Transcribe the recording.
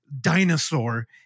dinosaur